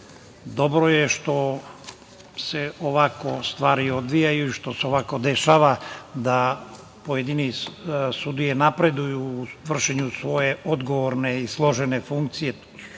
je što se ovako stvari odvijaju i što se ovako dešava da pojedine sudije napreduju u vršenju svoje odgovorne i složene i